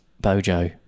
bojo